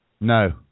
No